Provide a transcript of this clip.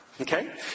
Okay